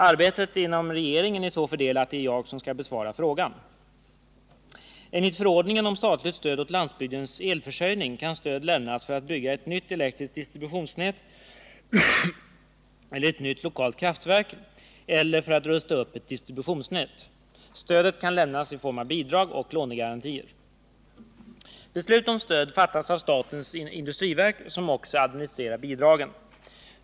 Arbetet inom regeringen är så fördelat att det är jag som skall besvara frågan. Beslut om stöd fattas av statens industriverk som också administrerar bidragen.